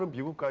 you won't